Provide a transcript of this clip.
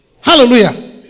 Hallelujah